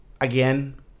again